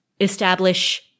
establish